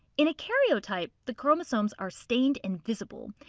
in a karyotype, the chromosomes are stained and visible.